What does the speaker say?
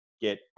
get